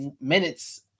minutes –